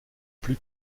plus